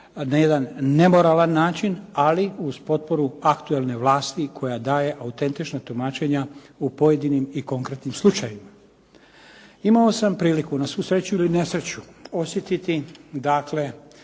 na jedan nemoralan način ali uz potporu aktualne vlasti koja daje autentična tumačenja u pojedinim i konkretnim slučajevima. Imao sam priliku na svu sreću ili nesreću osjetiti dakle